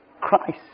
Christ